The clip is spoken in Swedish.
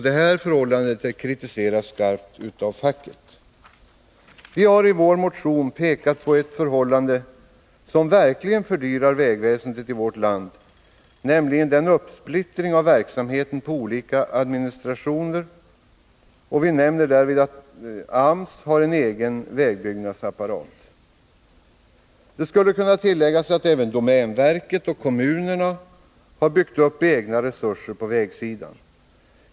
Detta förhållande kritiseras skarpt 16 december 1980 Vi har i vår motion pekat på ett förhållande som verkligen fördyrar vägväsendet i vårt land — uppsplittringen av verksamheten på olika Besparingar i administrationer. Vi nämner därvid att AMS har en egen vägbyggnadsapstatsverksamheten, parat. Det skulle kunna tilläggas att även domänverket och kommunerna har m.m. byggt upp egna resurser på vägsidan.